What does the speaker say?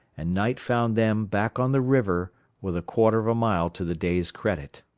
and night found them back on the river with a quarter of a mile to the day's credit.